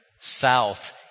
south